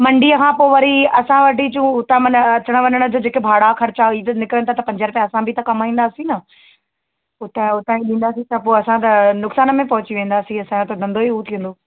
मंडीअ खां पोइ वरी असां वठी अचूं उतां माना अचणु वञण जो जेके भाड़ा ख़र्चा ही त निकिरनि था त पंज रुपया असां बि त कमाईंदासीं न हो त उतां ई ॾींदासीं त पोइ असां त नुक़सान में पहुची वेंदासीं असां जो त धंधो ई हू थी वेंदो